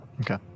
Okay